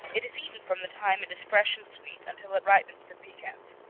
it is eaten from the time it is fresh and sweet until it ripens to piquance.